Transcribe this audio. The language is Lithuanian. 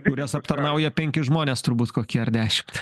kurias aptarnauja penki žmonės turbūt kokie ar dešimt